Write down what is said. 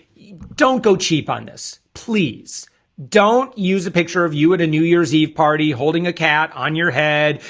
don't go cheap on this, please don't use a picture of you at a new year's eve party holding a cat on your head,